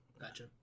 Gotcha